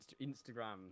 Instagram